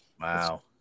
wow